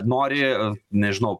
nori nežinau